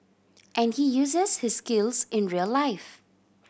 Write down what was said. and he uses his skills in real life